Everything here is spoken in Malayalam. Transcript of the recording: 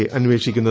ഐ അന്വേഷിക്കുന്നത്